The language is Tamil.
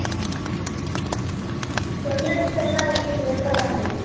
ஆ ஜூவல்லர்ஸ் எல்லாம் வீட்டில் இருக்க தான் செய்யுது